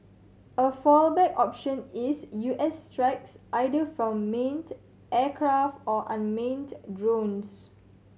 a fallback option is U S strikes either from aircraft or drones